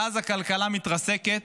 מאז הכלכלה מתרסקת,